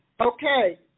Okay